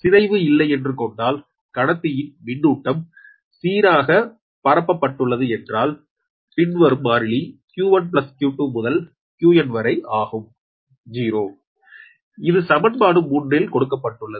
சிதைவு இல்லையென்று கொண்டால் கடத்தியின் மின்னூட்டம் சீராக பரப்பப்பட்டுள்ளது என்றல் பின்வரும் மாறிலி q1 q2 முதல் qn வரை 0 ஆகும் இது சமன்பாடு 3 ல் கொடுக்கப்பட்டுள்ளது